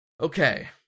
okay